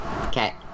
Okay